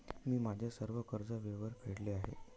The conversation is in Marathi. मी माझे सर्व कर्ज वेळेवर फेडले आहे